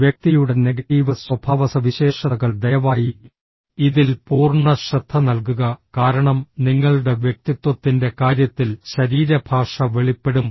വ്യക്തിയുടെ നെഗറ്റീവ് സ്വഭാവസവിശേഷതകൾ ദയവായി ഇതിൽ പൂർണ്ണ ശ്രദ്ധ നൽകുക കാരണം നിങ്ങളുടെ വ്യക്തിത്വത്തിന്റെ കാര്യത്തിൽ ശരീരഭാഷ വെളിപ്പെടും